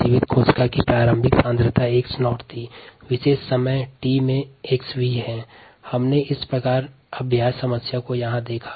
जीवित कोशिका की प्रारंभिक सांद्रता 𝑥𝑣 शून्य से विशिष्ट समय t के पश्चात 𝑥𝑣 तक जाने पर सांद्रता में कमी की दर से संबंधित अभ्यास समस्या को देखा